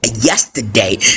yesterday